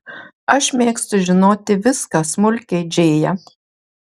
aš mėgstu žinoti viską smulkiai džėja